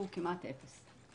הוא כמעט אפס.